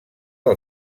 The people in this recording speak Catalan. del